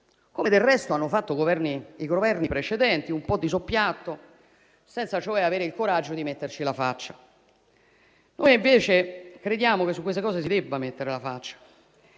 come del resto hanno fatto i Governi precedenti un po' di soppiatto, senza, cioè, avere il coraggio di metterci la faccia. Noi crediamo, invece, che su queste cose si debba mettere la faccia